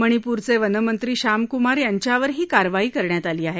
मणिपूरचे वनमंत्री श्याम कुमार यांच्यावर ही कारवाई करण्यात आली आहे